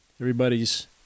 everybody's